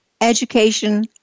education